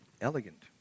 elegant